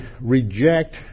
reject